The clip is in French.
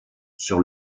sur